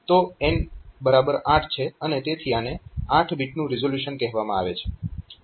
તો n8 છે અને તેથી આને 8 બીટનું રીઝોલ્યુશન કહેવામાં આવે છે